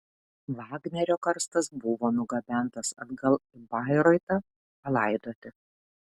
vagnerio karstas buvo nugabentas atgal į bairoitą palaidoti